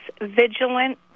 Vigilant